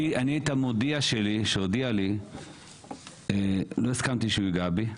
אני את המודיע שהודיע לי לא הסכמתי שהוא ייגע בי.